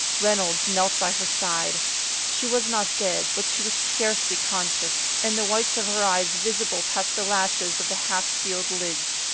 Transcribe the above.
reynolds knelt by her side she was not dead, but she was scarcely conscious, and the whites of her eyes visible past the lashes of the half sealed lids,